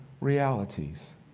realities